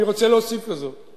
אני רוצה להוסיף לזה.